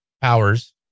powers